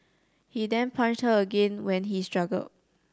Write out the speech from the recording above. he then punched her again when he struggled